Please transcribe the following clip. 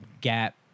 Gap